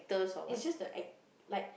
it's just the act like